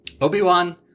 Obi-Wan